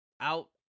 out